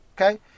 Okay